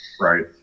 Right